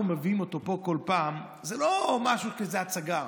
מביאים אותו פה כל פעם זה לא איזה הצגה,